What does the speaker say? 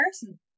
person